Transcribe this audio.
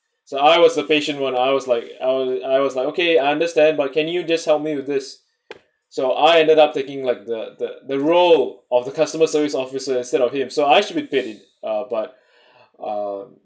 so I was the patient when I was like I was like okay I understand but can you just help me with this so I ended up taking like the the the role of the customer service officer instead of him so I should be pitied uh but um